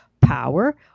power